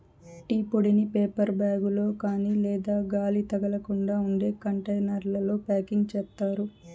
tea పొడిని paper bag లో కాని లేదా గాలి తగలకుండా ఉండే కంటైనర్లలో ప్యాకింగ్ చేత్తారు